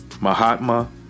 mahatma